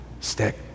stick